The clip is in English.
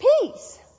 Peace